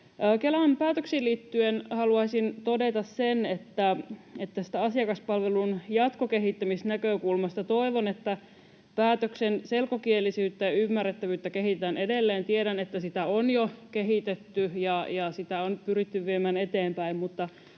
Kelan päätöksiin liittyen haluaisin todeta sen, että asiakaspalvelun jatkokehittämisnäkökulmasta toivon, että päätöksen selkokielisyyttä ja ymmärrettävyyttä kehitetään edelleen. Tiedän, että sitä on jo kehitetty ja sitä on pyritty viemään eteenpäin,